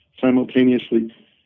simultaneously